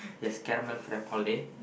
yes caramel frappe all day